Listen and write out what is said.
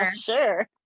sure